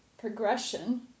progression